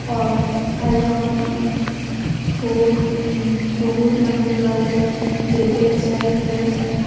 কাজিৰঙাত বহুত বহুত মানুহ যোৱা যায় জীপত যায় ফেলে